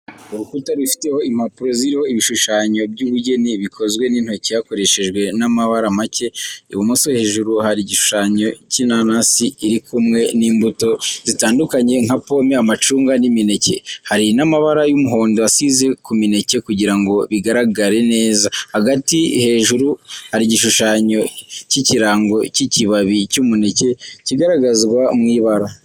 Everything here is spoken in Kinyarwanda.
Urukuta rufiteho impapuro ziriho ibishushanyo by’ubugeni bikozwe n’intoki hakoreshejwe n’amabara make. Ibumoso hejuru hari igishushanyo cy'inanasi iri kumwe n’imbuto zitandukanye nka pome, amacunga, n’imineke. Hari n’amabara y’umuhondo asize ku mineke kugira ngo bigaragare neza. Hagati hejuru hari igishushanyo cy’ikirango cy’ikibabi cy'umuneke kigaragazwa mu ibara.